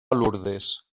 lourdes